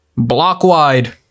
Block-wide